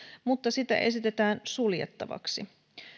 mutta sitä esitetään suljettavaksi